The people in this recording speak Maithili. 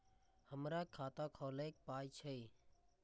हमर खाता खौलैक पाय छै